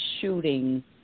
shooting